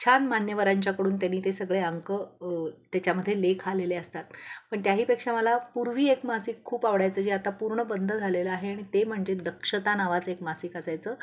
छान मान्यवरांच्याकडून त्यांनी ते सगळे अंक त्याच्यामध्ये लेख आलेले असतात पण त्याहीपेक्षा मला पूर्वी एक मासिक खूप आवडायचं जे आता पूर्ण बंद झालेलं आहे आणि ते म्हणजे दक्षता नावाचं एक मासिक असायचं